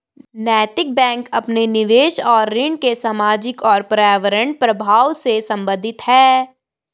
नैतिक बैंक अपने निवेश और ऋण के सामाजिक और पर्यावरणीय प्रभावों से संबंधित है